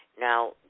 Now